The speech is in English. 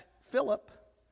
Philip